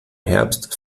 herbst